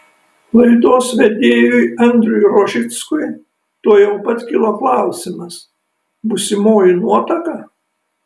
laidos vedėjui andriui rožickui tuojau pat kilo klausimas būsimoji nuotaka